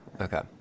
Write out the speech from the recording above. Okay